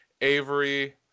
Avery